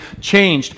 changed